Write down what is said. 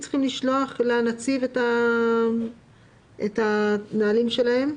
גם הם צריכים לשלוח לנציב את הנהלים שלהם?.